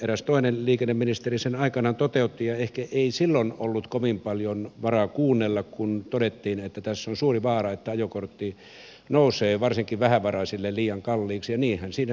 eräs toinen liikenneministeri sen aikanaan toteutti ja ehkä ei silloin ollut kovin paljon varaa kuunnella kun todettiin että tässä on suuri vaara että ajokortti nousee varsinkin vähävaraisille liian kalliiksi ja niinhän siinä sitten kävi